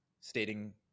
stating